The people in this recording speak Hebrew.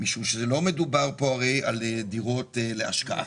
משום שלא מדובר פה הרי על דירות להשקעה.